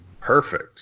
Perfect